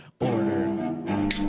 Order